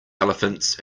elephants